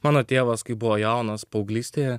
mano tėvas kai buvo jaunas paauglystėje